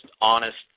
honest